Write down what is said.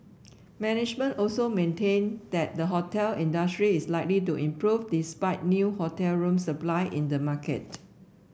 management also maintained that the hotel industry is likely to improve despite new hotel room supply in the market